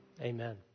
amen